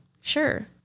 Sure